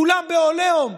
כולם בעליהום.